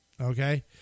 Okay